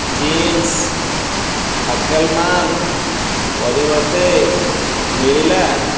Ching's ଫାକେଲମାନ ପରିବର୍ତ୍ତେ ମିଳିଲା